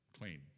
clean